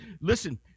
Listen